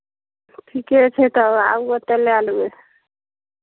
ठीके छै तब आबू तऽ लए लेबै